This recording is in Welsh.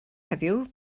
heddiw